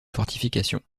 fortifications